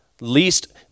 least